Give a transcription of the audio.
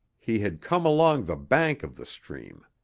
he had come along the bank of the stream.